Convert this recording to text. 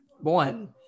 One